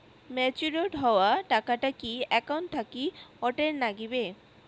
Matured হওয়া টাকাটা কি একাউন্ট থাকি অটের নাগিবে?